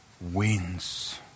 wins